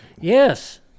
Yes